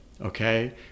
okay